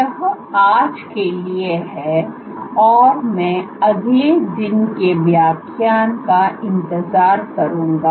यह आज के लिए है और मैं अगले दिन के व्याख्यान का इंतजार करूंगा